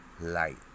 light